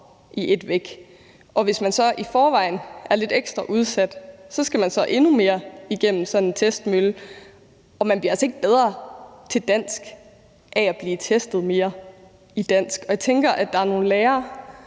i et væk. Og hvis man så i forvejen er lidt ekstra udsat, skal man endnu mere igennem sådan en testmølle, og man bliver altså ikke bedre til dansk af at blive testet mere i dansk. Jeg tænker, at der er nogle lærere